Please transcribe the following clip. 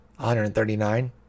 139